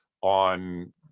on